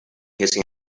hissing